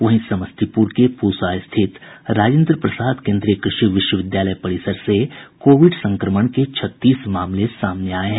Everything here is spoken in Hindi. वहीं समस्तीपुर के पूसा स्थित राजेन्द्र प्रसाद केन्द्रीय कृषि विश्वविद्यालय परिसर से कोविड संक्रमण के छत्तीस मामले सामने आये हैं